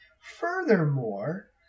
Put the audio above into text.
Furthermore